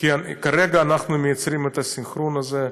כרגע אנחנו יוצרים את הסנכרון הזה.